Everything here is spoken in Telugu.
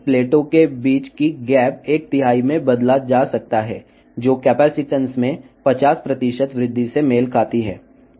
ప్లేట్ల మధ్య అంతరంలో మూడింట ఒక వంతుకు13 దీనిని మార్చవచ్చు ఇది కెపాసిటెన్స్లో 50 పెరుగుదలకు అనుగుణంగా ఉంటుంది